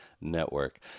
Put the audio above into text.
Network